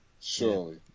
surely